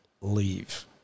leave